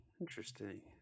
interesting